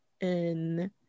in-